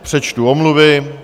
Přečtu omluvy.